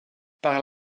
par